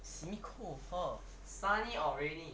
simi cold or hot